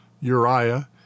Uriah